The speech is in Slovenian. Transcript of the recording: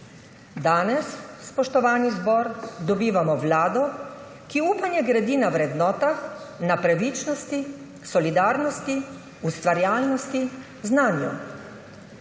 Danes, spoštovani zbor, dobivamo vlado, ki upanje gradi na vrednotah, na pravičnosti, solidarnosti, ustvarjalnosti, znanju.